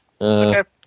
Okay